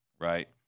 right